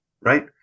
right